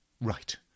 Right